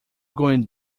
going